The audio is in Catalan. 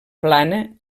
plana